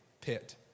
Pit